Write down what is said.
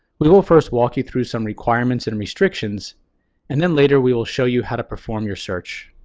we will first walk you through some requirements and restrictions and then later we will show you how to perform your search.